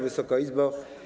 Wysoka Izbo!